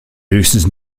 höchstens